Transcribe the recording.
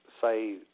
say